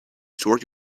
sort